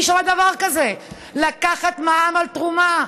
מי שמע דבר כזה, לקחת מע"מ על תרומה?